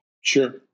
Sure